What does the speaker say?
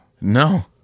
no